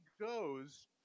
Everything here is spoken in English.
goes